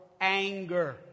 anger